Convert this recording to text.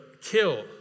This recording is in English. kill